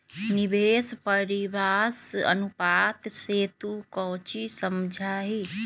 निवेश परिव्यास अनुपात से तू कौची समझा हीं?